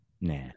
Nah